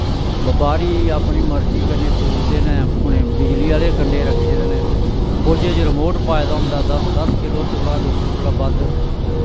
बपारी अपनी मर्जी कन्नै तोलदे नै उनै बिजली आह्ले कंडे रक्खे दे न बोझे च रमोट पाए दा होंदा ऐ दस दस किलो तोड़ा लोकें कोला बद्ध